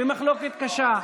ומחלוקת קשה.